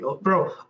bro